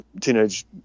teenage